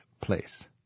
place